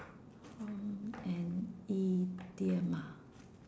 from an idiom ah